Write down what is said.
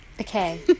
okay